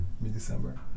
mid-December